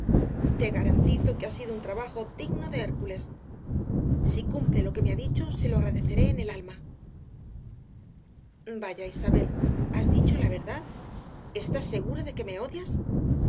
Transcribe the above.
te garantizo que ha sido un trabajo digno de hércules si cumple lo que me ha dicho se lo agradeceré en el alma vaya isabel has dicho la verdad estás segura de que me odias